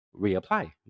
reapply